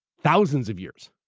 thousands of years,